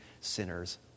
sinners